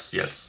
yes